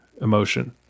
emotion